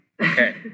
Okay